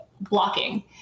Blocking